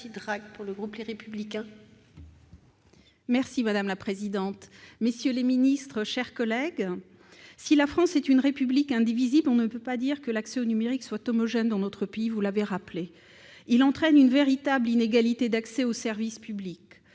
le ministre, monsieur le secrétaire d'État, mes chers collègues, si la France est une République indivisible, on ne peut pas dire que l'accès au numérique soit homogène dans notre pays, vous l'avez rappelé. Il entraîne une véritable inégalité en matière d'accès aux services publics.